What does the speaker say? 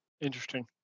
Interesting